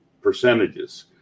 percentages